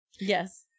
Yes